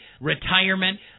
retirement